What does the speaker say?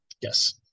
yes